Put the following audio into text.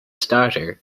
starter